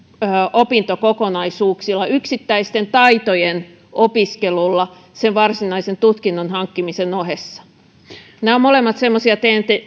opintokokonaisuuksilla yksittäisten taitojen opiskelulla sen varsinaisen tutkinnon hankkimisen ohessa nämä ovat molemmat semmoisia